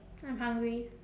I'm hungry